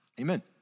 Amen